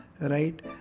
right